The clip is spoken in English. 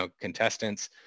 contestants